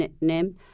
name